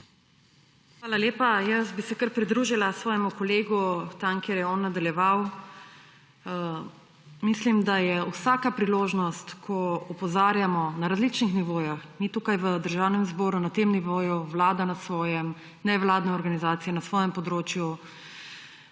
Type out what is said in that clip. Hvala lepa. Jaz bi se kar pridružila svojemu kolegu tam, kjer je on zaključil. Mislim, da je vsaka priložnost, ko opozarjamo na različnih nivojih, mi tukaj v Državnem zboru na tem nivoju, vlada na svojem, nevladne organizacije na svojem področju,